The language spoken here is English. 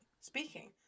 speaking